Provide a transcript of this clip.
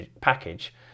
package